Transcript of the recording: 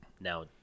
Now